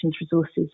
resources